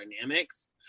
dynamics